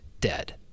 dead